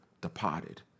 departed